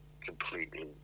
completely